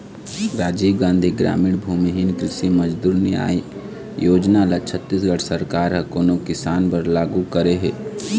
राजीव गांधी गरामीन भूमिहीन कृषि मजदूर न्याय योजना ल छत्तीसगढ़ सरकार ह कोन किसान बर लागू करे हे?